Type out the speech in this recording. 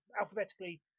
alphabetically